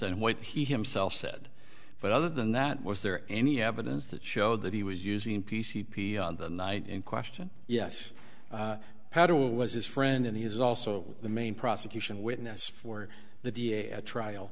and what he himself said but other than that was there any evidence that showed that he was using p c p on the night in question yes powder was his friend and he was also the main prosecution witness for the d a at trial